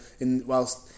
Whilst